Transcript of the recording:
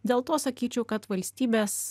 dėl to sakyčiau kad valstybės